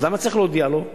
אז למה צריך להודיע לו?